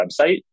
website